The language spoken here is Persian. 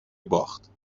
باخت